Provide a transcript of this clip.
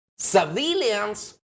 civilians